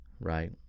Right